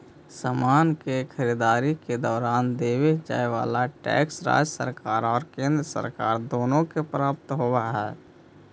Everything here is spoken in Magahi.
समान के खरीददारी के दौरान देवे जाए वाला टैक्स राज्य सरकार और केंद्र सरकार दोनो के प्राप्त होवऽ हई